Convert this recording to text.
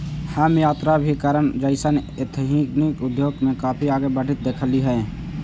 हम यात्राभिकरण जइसन एथनिक उद्योग के काफी आगे बढ़ित देखली हे